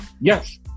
Yes